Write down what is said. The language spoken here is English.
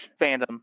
fandom